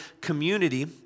community